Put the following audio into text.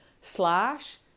slash